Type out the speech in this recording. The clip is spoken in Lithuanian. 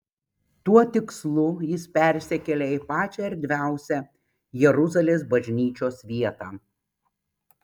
tuo tikslu jis persikėlė į pačią erdviausią jeruzalės bažnyčios vietą